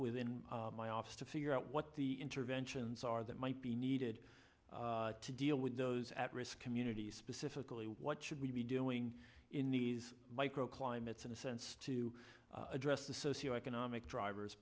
within my office to figure out what the interventions are that might be needed to deal with those at risk community specifically what should we be doing in these micro climates in a sense to address the socioeconomic drivers